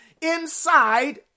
inside